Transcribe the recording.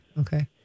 Okay